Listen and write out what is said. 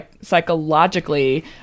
psychologically